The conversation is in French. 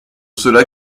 cela